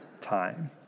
time